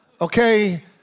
Okay